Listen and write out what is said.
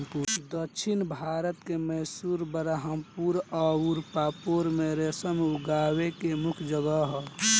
दक्षिण भारत के मैसूर, बरहामपुर अउर पांपोर में रेशम उगावे के मुख्या जगह ह